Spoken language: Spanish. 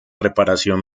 reparación